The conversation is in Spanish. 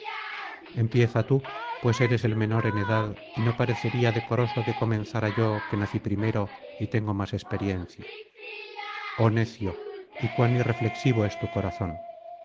empieza tú pues eres el menor en edad y no parecería decoroso que comenzara yo que nací primero y tengo más experiencia oh necio y cuan irreflexivo es tu corazón